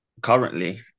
currently